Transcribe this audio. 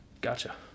Gotcha